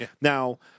Now